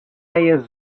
jest